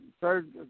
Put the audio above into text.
third